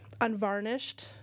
unvarnished